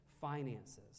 finances